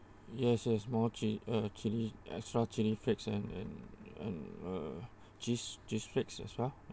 yes yes more chil~ uh chilli extra chilli flakes and and and uh cheese cheese flakes as well